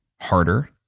harder